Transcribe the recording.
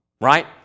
right